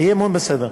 אי-אמון, בסדר.